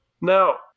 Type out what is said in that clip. Now